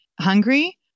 hungry